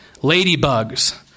Ladybugs